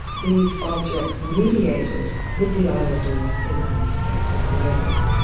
these objects mediated with the islanders in unexpected ways.